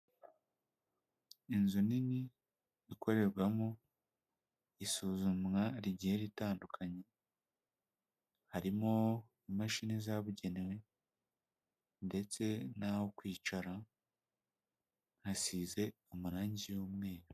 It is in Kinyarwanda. Inzu nini ikorerwamo isuzumwa rigiye ritandukanye. Harimo imashini zabugenewe ndetse n'aho kwicara, hasize amarangi y'umweru.